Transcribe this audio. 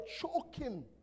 choking